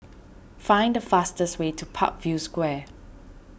find the fastest way to Parkview Square